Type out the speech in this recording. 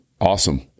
awesome